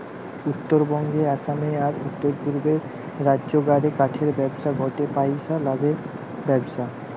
উত্তরবঙ্গে, আসামে, আর উততরপূর্বের রাজ্যগা রে কাঠের ব্যবসা গটে পইসা লাভের ব্যবসা